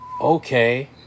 Okay